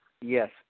Yes